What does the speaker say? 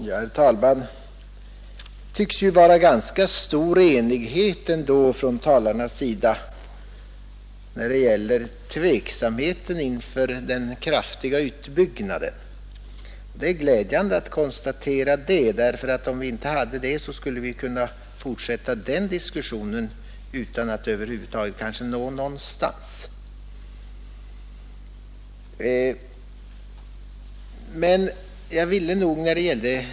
Herr talman! Det tycks ändå råda ganska stor enighet här när det gäller tveksamheten inför den kraftiga utbyggnaden av Marviken. Det är glädjande att konstatera det, ty om den enigheten inte hade funnits skulle vi kunna fortsätta diskussionen utan att över huvud taget komma någonstans.